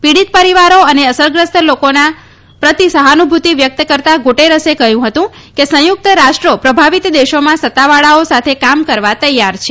લીડીત રિવાર અને અસરગ્રસ્ત દેશભા લાકી પ્રતિ સહાનુભૂતિ વ્યકત કરતાં ગુટેરસે કહ્યું હતું કે સંયુક્ત રાષ્ટ્ર પ્રભાવિત દેશામાં સત્તાવાળાઓએ સાથે કામ કરવા તૈયાર છે